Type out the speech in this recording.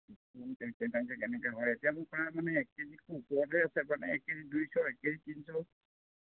অঁ কেনেকৈ কেনেকৈ হয় এতিয়া মোৰ ইয়াত মানে এক কে জিতকৈ ওপৰতে আছে মানে এক কে জি দুইশ এক কে জি তিনিশ